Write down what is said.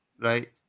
right